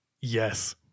Yes